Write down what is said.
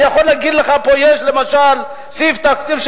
אני יכול להגיד לך שיש פה למשל סעיף תקציבי